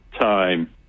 time